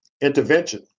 intervention